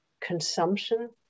consumption